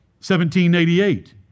1788